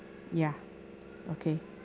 ya okay